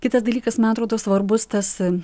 kitas dalykas man atrodo svarbus tas